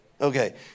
Okay